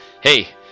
hey